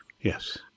Yes